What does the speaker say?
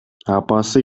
апасы